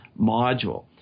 module